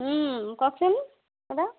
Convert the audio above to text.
কওকচোন দাদা